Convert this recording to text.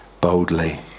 boldly